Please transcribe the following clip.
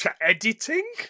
Editing